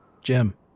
Jim